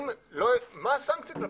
מה הסנקציות כלפיהם?